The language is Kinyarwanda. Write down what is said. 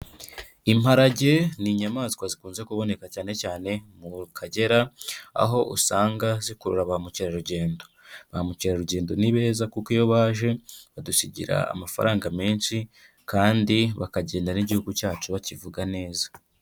Imparage ni inyamaswa zikunze kuboneka cyane cyane mu Kagera aho usanga zikurura ba mukerarugendo. Ba mukerarugendo ni beza, kuko iyo baje badusigira amafaranga menshi kandi bakagenda n'Igihugu cyacu bakivuga neza.